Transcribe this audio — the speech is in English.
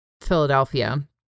Philadelphia